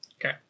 Okay